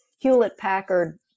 Hewlett-Packard